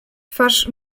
twarz